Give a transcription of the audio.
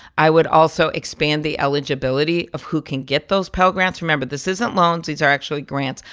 i would also expand the eligibility of who can get those pell grants. remember, this isn't loans. these are actually grants.